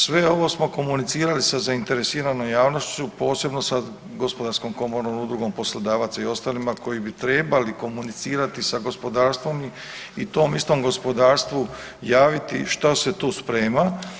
Sve ovo smo komunicirali sa zainteresiranom javnošću, posebno sa Gospodarskom komorom, Udrugom poslodavaca i ostalima, koji bi trebali komunicirati sa gospodarstvom i tom istom gospodarstvu javiti što se tu sprema.